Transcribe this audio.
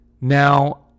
Now